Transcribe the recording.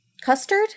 Custard